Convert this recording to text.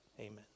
Amen